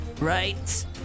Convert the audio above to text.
right